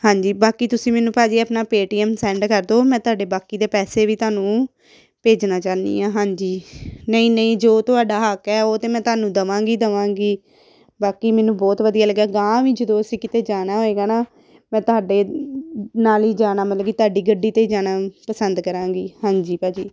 ਹਾਂਜੀ ਬਾਕੀ ਤੁਸੀਂ ਮੈਨੂੰ ਭਾਅ ਜੀ ਆਪਣਾ ਪੇ ਟੀ ਐੱਮ ਸੈਂਡ ਕਰ ਦਿਓ ਮੈਂ ਤੁਹਾਡੇ ਬਾਕੀ ਦੇ ਪੈਸੇ ਵੀ ਤੁਹਾਨੂੰ ਭੇਜਣਾ ਚਾਹੁੰਦੀ ਹਾਂ ਹਾਂਜੀ ਨਹੀਂ ਨਹੀਂ ਜੋ ਤੁਹਾਡਾ ਹੱਕ ਹੈ ਉਹ ਤਾਂ ਮੈਂ ਤੁਹਾਨੂੰ ਦੇਵਾਂਗੀ ਦੇਵਾਂਗੀ ਬਾਕੀ ਮੈਨੂੰ ਬਹੁਤ ਵਧੀਆ ਲੱਗਿਆ ਅਗਾਂਹ ਵੀ ਜਦੋਂ ਅਸੀਂ ਕਿਤੇ ਜਾਣਾ ਹੋਵੇਗਾ ਨਾ ਮੈਂ ਤੁਹਾਡੇ ਨਾਲ ਹੀ ਜਾਣਾ ਮਤਲਬ ਕਿ ਤੁਹਾਡੀ ਗੱਡੀ 'ਤੇ ਜਾਣਾ ਪਸੰਦ ਕਰਾਂਗੀ ਹਾਂਜੀ ਭਾਅ ਜੀ